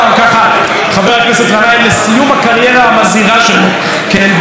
לסיום הקריירה המזהירה שלו בכנסת ובממשלה.